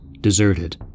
deserted